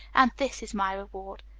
and this is my reward.